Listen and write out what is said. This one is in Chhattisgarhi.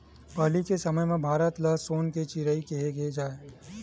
पहिली के समे म भारत ल सोन के चिरई केहे जाए